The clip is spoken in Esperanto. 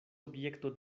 objekto